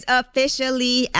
officially